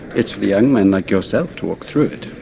it's for young men like yourself to walk through it.